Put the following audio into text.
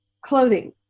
clothing